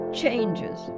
Changes